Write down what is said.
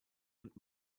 und